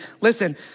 listen